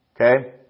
Okay